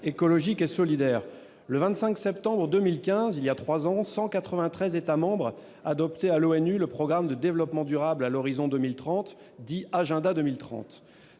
écologique et solidaire. Le 25 septembre 2015, voilà trois ans, 193 États membres adoptaient à l'ONU le programme de développement durable à l'horizon de 2030, dit Agenda 2030.